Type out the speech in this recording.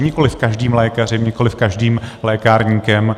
Nikoliv každým lékařem, nikoliv každým lékárníkem.